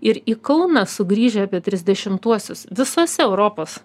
ir į kauną sugrįžę apie trisdešimtuosius visose europos